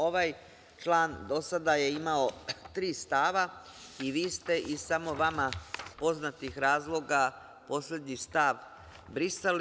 Ovaj član do sada je imao tri stava i vi ste, iz samo vama poznatih razloga, poslednji stav brisali.